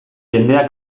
jendea